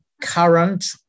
current